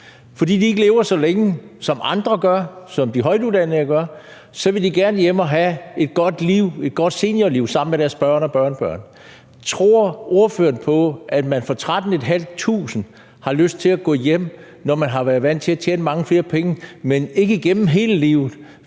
fordi de ikke lever så længe, som andre gør, som de højtuddannede gør, vil de gerne hjem og have et godt liv, et godt seniorliv sammen med deres børn og børnebørn. Tror ordføreren på, at man for 13.500 kr. har lyst til at gå hjem, når man har været vant til at tjene mange flere penge, men ikke igennem hele livet,